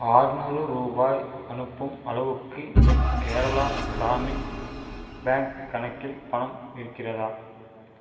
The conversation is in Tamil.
ஆறுநூறு ரூபாய் அனுப்பும் அளவுக்கு என் கேரளா கிராமின் பேங்க் கணக்கில் பணம் இருக்கிறதா